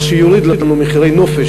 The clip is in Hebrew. מה שיוריד לנו את מחירי הנופש,